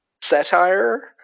satire